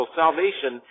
salvation